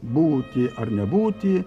būti ar nebūti